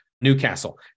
Newcastle